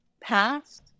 past